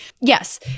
yes